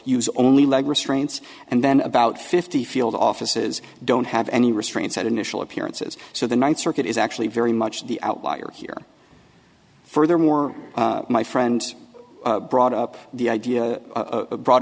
use only leg restraints and then about fifty field offices don't have any restraints at initial appearances so the ninth circuit is actually very much the outlier here furthermore my friend brought up the idea of brought